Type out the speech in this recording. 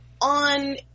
on